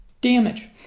damage